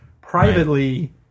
privately